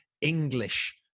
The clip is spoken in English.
English